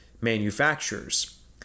manufacturers